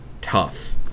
tough